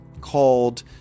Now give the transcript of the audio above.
called